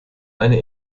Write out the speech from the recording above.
eine